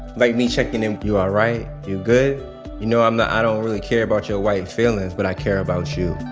like, me checking in you all right? you good? you know, i'm not i don't really care about your white feelings, but i care about you